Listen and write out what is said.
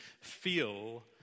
feel